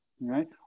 Right